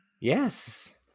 Yes